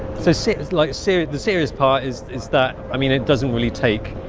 so cities like syria, the serious part is is that i mean, it doesn't really take